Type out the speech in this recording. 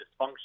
dysfunction